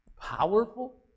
powerful